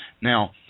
Now